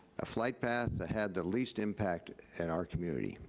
a flight path that had that least impact at our community.